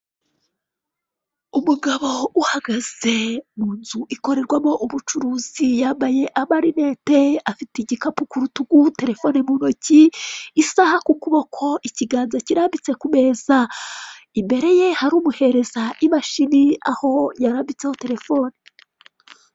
Umugabo uhagaze munzu ikorerwamo ubucuruzi yambaye amarinete afite igikapu k'urutugu telefone muntoki isaha k'ukuboko ikiganza kirambitse kumeza imbereye hari umuhereza imashini aho yarambitseho telefone.